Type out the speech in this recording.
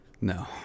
No